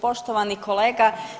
Poštovani kolega.